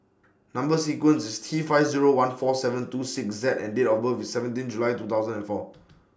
Number sequence IS T five Zero one four seven two six Z and Date of birth IS seventeen July two thousand and four